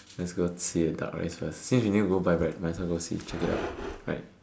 let's go see the duck rice first since you need to go buy back might as well go see check it out right